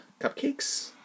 cupcakes